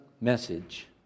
message